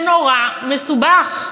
זה נורא מסובך.